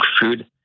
food